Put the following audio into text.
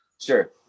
Sure